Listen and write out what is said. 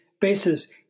basis